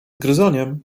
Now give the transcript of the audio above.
gryzoniem